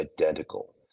identical